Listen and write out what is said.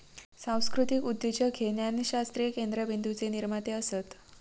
सांस्कृतीक उद्योजक हे ज्ञानशास्त्रीय केंद्रबिंदूचे निर्माते असत